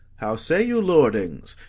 how say you, lordings?